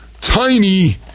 tiny